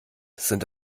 sind